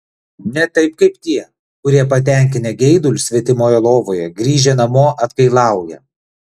ne taip kaip tie kurie patenkinę geidulius svetimoje lovoje grįžę namo atgailauja